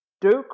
Duke